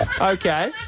Okay